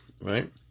right